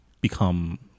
become